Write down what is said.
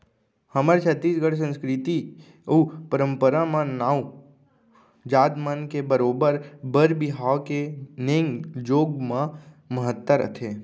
हमर छत्तीसगढ़ी संस्कृति अउ परम्परा म नाऊ जात मन के बरोबर बर बिहाव के नेंग जोग म महत्ता रथे